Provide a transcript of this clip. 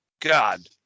God